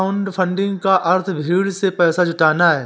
crowdfunding का अर्थ भीड़ से पैसा जुटाना है